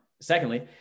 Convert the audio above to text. Secondly